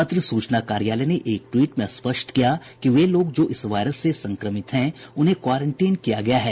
पत्र सूचना कार्यालय ने एक ट्वीट में स्पष्ट किया है कि वे लोग जो इस वायरस से संक्रमित है उन्हें क्वारेंटीन किया गया है